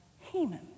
Haman